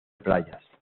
playas